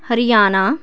Haryana